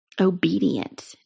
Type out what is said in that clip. obedient